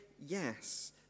Yes